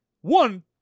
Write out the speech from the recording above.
one